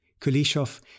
Kulishov